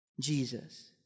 Jesus